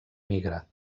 migra